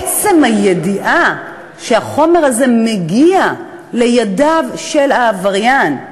עצם הידיעה שהחומר הזה מגיע לידיו של העבריין,